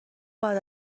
بعد